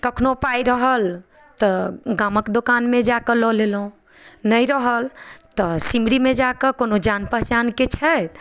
कखनो पाइ रहल तऽ गामके दोकानमे जाकऽ लऽ लेलहुँ नहि रहल तऽ सिमरीमे जाकऽ कोनो जान पहिचानके छथि